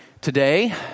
today